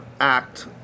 act